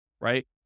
right